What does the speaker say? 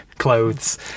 clothes